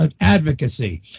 advocacy